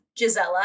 gisella